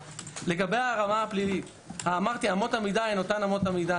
ברמה הפלילית אלה אותן אמות המידה.